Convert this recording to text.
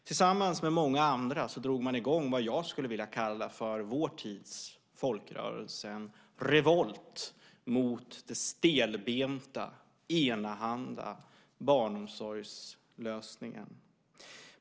Tillsammans med många andra drog man i gång vad jag skulle vilja kalla för vår tids folkrörelse, en revolt mot den stelbenta, enahanda barnomsorgslösningen.